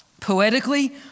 Poetically